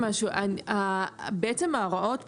ההוראות כאן,